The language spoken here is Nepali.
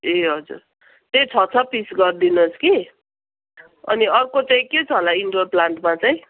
ए हजुर त्यही छ छ पिस गरिदिनुहोस् कि अनि अर्को चाहिँ के छ होला इनडुवर प्लान्टमा चाहिँ